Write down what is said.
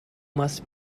must